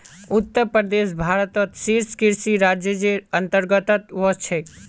उत्तर प्रदेश भारतत शीर्ष कृषि राज्जेर अंतर्गतत वश छेक